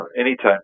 Anytime